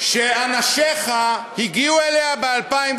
Abu Dhabi MAR, שאנשיך הגיעו אליה ב-2015,